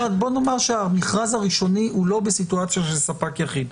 בוא נאמר שהמכרז הראשוני הוא לא בסיטואציה של ספק יחיד,